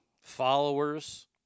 followers